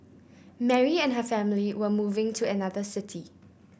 Mary and her family were moving to another city